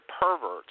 perverts